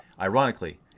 ironically